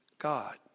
God